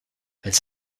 elles